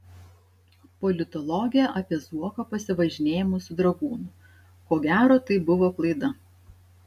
politologė apie zuoko pasivažinėjimus su dragūnu ko gero tai buvo klaida